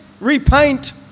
repaint